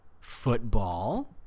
Football